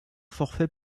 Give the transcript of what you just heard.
forfait